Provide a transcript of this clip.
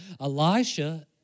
Elisha